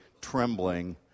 trembling